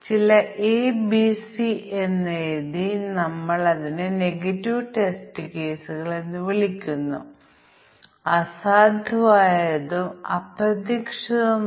അതിനാൽ ഒരു ലീപ് വർഷം ഉൾപ്പെടുന്ന ഒരു ടെസ്റ്റ് ഡാറ്റ നൽകുകയും അത് പ്രവർത്തിക്കുന്നുണ്ടോയെന്ന് പരിശോധിക്കുകയും ചെയ്യുക എന്നതാണ് ഒരു പ്രത്യേക മൂല്യം